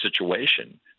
situation